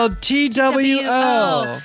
TWO